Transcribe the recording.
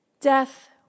Death